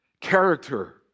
Character